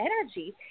energy